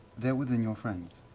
they're within your friends.